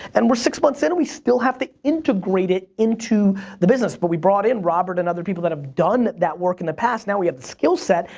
and we're six months in and we still have to integrate it into the business but we brought in robert and other people that have done that work in the past. now we have the skill set.